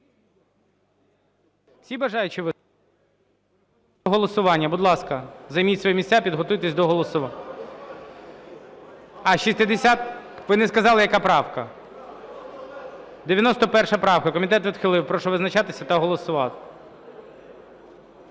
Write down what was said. Голосування. Будь ласка, займіть свої місця, підготуйтесь до голосування. А, 60… Ви не сказали, яка правка. 91 правка. Комітет відхилив. Прошу визначатися та голосувати.